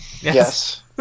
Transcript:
Yes